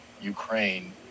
Ukraine